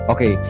Okay